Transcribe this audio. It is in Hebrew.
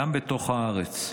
גם בתוך הארץ.